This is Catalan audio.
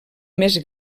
més